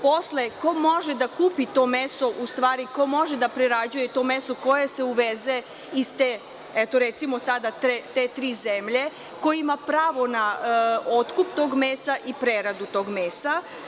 Posle, ko može da kupi to meso, u stvari ko može da prerađuje to meso koje se uveze iz te, eto, recimo sada te tri zemlje, ko ima pravo na otkup tog mesa i preradu tog mesa?